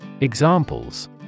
Examples